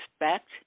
respect